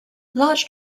large